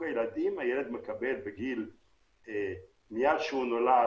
בחיסון לשיתוק הילדים הילד מקבל מאז שהוא נולד,